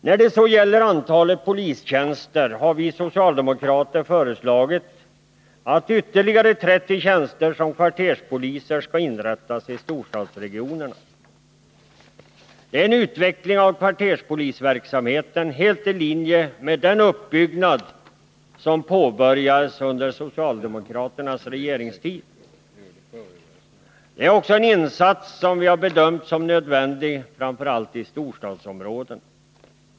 När det så gäller antalet polistjänster har vi socialdemokrater föreslagit att ytterligare 30 tjänster som kvarterspoliser skall inrättas i storstadsregionerna. Det är en utveckling av kvarterspolisverksamheten som är helt i linje med den uppbyggnad som påbörjades under socialdemokraternas regeringstid. Det är också en insats som vi har bedömt som nödvändig, framför allt i storstadsområden.